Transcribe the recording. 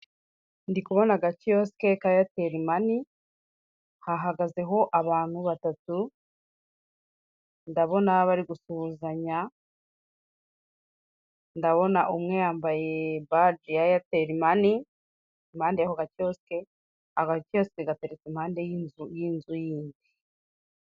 Ndikubona agakiyosiki ka Eyateri mani, hahagazeho abantu batatu, ndabona bari gusuhuzanya, ndabona umwe yambaye baji ya Eyateri mani, impande y'ako gakiyosiki, ako gakiyosiki gateretse impande y'inzu yindi.